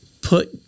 put